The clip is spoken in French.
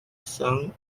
cents